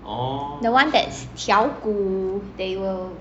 the one that's 调骨 they will